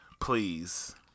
please